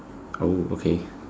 oh okay